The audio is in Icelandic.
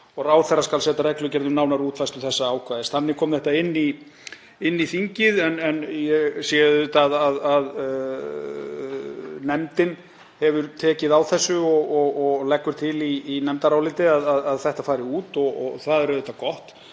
Ráðherra skal setja reglugerð um nánari útfærslu þessa ákvæðis. Þannig kom þetta inn í þingið, en ég sé að nefndin hefur tekið á þessu og leggur til í nefndaráliti að þetta fari út. Það er auðvitað gott,